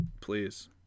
Please